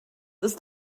ist